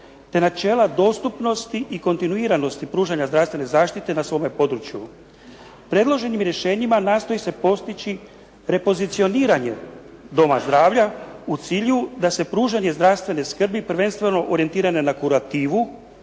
te načela dostupnosti i kontinuiranosti pružanja zdravstvene zaštite na svome području. Predloženim rješenjima nastoji se postići repoziciniranje doma zdravlja u cilju da se pružanje zdravstvene skrbi prvenstveno orijentira na kurativu,